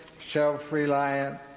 self-reliant